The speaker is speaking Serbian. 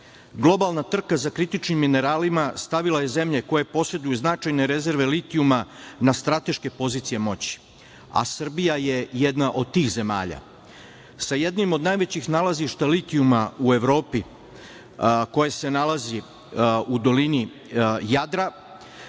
trka za kritičnim mineralima stavila je zemlje koje poseduju značajne rezerve litijuma na strateške pozicije moći, a Srbija je jedna od tih zemalja. Sa jednim od najvećih nalazišta litijuma u Evropi, koje se nalazi u dolini Jadra,